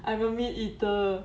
I'm a meat eater